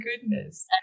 goodness